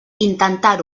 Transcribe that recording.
intentar